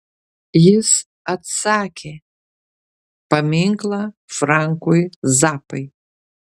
jis atsakė paminklą frankui zappai